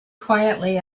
quietly